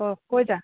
অঁ কৈ যা